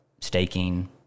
staking